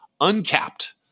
uncapped